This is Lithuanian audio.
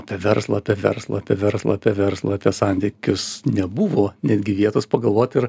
apie verslą apie verslą apie verslą apie verslą santykius nebuvo netgi vietos pagalvot ir